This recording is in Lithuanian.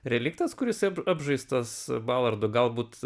reliktas kuris ap apžaistas balardo galbūt